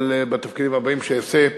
בתפקידים הבאים שאעשה,